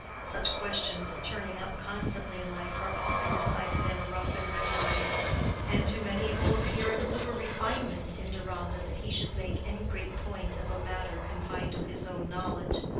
such questions turning up constantly in life are often decided in a rough-and-ready way and to many it will appear an over-refinement in deronda that he should make any great point of a matter confined to his own knowledge.